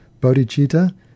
bodhicitta